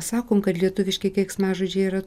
sakom kad lietuviški keiksmažodžiai yra